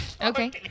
Okay